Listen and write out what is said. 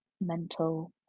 mental